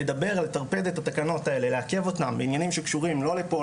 לדבר על לטרפד את התקנות האלה או לעכב אותן בעניינים שלא קשורים לפה,